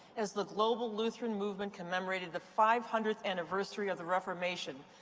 as the global lutheran movement commemorated the five hundredth anniversary of the reformation,